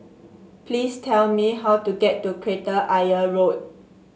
please tell me how to get to Kreta Ayer Road